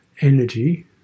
energy